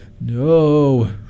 no